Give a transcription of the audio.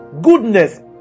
Goodness